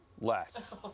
less